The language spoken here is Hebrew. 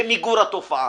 במיגור התופעה.